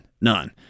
none